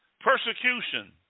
persecution